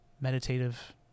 Meditative